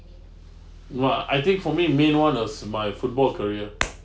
!wah! I think for me main one was my football career